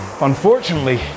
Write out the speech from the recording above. unfortunately